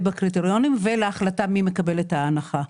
בקריטריונים ולהחלטה מי מקבל את ההנחה.